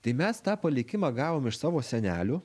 tai mes tą palikimą gavom iš savo senelių